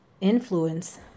influence